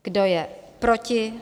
Kdo je proti?